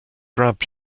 grab